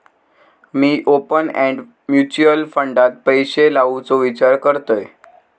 मी open end mutual फंडात पैशे लावुचो विचार करतंय